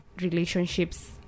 relationships